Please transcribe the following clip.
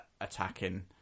attacking